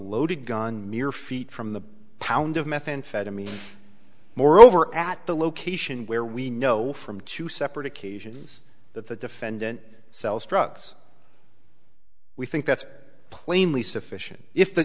loaded gun mere feet from the pound of methamphetamine moreover at the location where we know from two separate occasions that the defendant sells drugs we think that's plainly sufficient if the